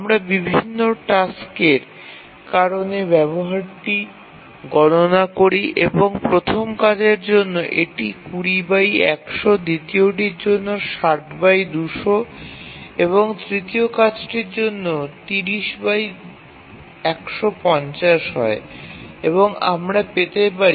আমরা বিভিন্ন টাস্কের কারণে ব্যবহারটি গণনা করি এবং প্রথম কাজের জন্য এটি হয় এবং আমরা পেতে পারি